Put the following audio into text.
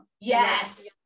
Yes